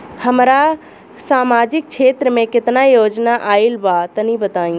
हमरा समाजिक क्षेत्र में केतना योजना आइल बा तनि बताईं?